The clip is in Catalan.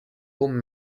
punts